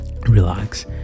relax